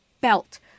belt